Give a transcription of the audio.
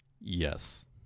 Yes